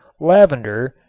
lavender,